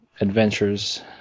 adventures